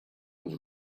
over